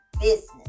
business